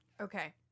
Okay